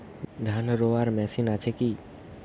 ধান রোয়ার মেশিন আছে কি?